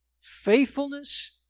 faithfulness